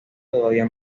todavía